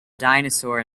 dinosaur